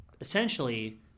essentially